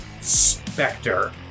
specter